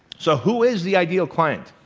so who is the ideal client